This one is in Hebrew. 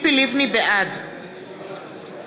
בעד